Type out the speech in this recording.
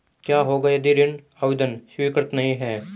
क्या होगा यदि ऋण आवेदन स्वीकृत नहीं है?